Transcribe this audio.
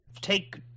take